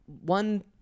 one